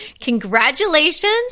Congratulations